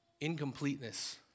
incompleteness